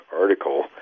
article